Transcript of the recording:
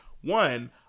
one